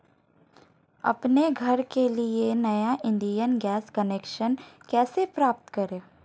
अपने घर के लिए नया इंडियन गैस कनेक्शन कैसे प्राप्त करें?